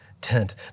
tent